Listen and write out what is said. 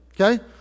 okay